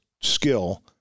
skill